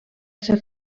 ser